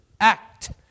act